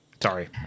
Sorry